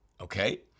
Okay